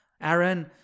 Aaron